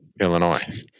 Illinois